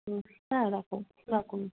হুম হ্যাঁ রাখো রাখুন